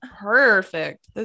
perfect